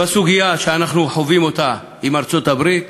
ובסוגיה שאנחנו חווים אותה עם ארצות-הברית,